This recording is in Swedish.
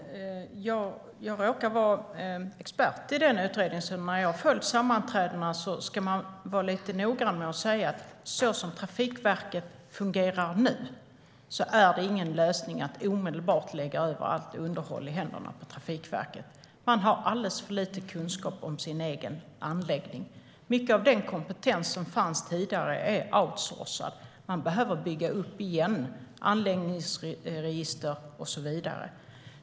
Herr talman! Jag råkar vara expert i den utredningen och har följt sammanträdena. Man ska vara noggrann med att säga att så som Trafikverket fungerar nu är det ingen lösning att omedelbart lägga över allt underhåll i händerna på Trafikverket. Man har alldeles för lite kunskap om sina egna anläggningar. Mycket av den kompetens som fanns tidigare är outsourcad. Man behöver återuppbygga anläggningsregister och så vidare.